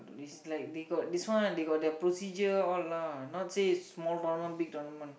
is like they got this one they got the procedures all lah not say small tournament big tournament